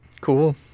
cool